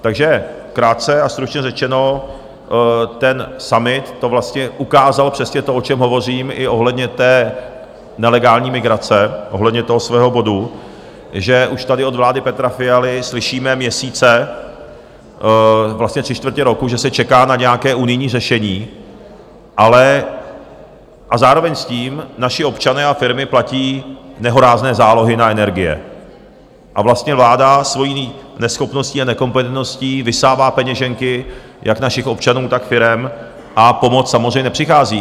Takže krátce a stručně řečeno, ten summit to vlastně ukázal, přesně to, o čem hovořím i ohledně nelegální migrace, ohledně toho svého bodu, že už tady od vlády Petra Fialy slyšíme měsíce, vlastně tři čtvrtě roku, že se čeká na nějaké unijní řešení, ale a zároveň s tím naši občané a firmy platí nehorázné zálohy na energie a vlastně vláda svojí neschopností a nekompetentností vysává peněženky jak našich občanů, tak firem a pomoc samozřejmě nepřichází.